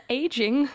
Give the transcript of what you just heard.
aging